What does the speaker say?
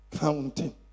counting